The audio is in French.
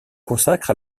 consacre